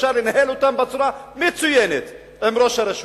אפשר לנהל אותן בצורה מצוינת עם ראש הרשות.